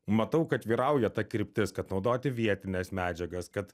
matau kad vyrauja ta kryptis kad naudoti vietines medžiagas kad